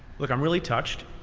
look i'm really touched,